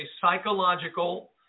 psychological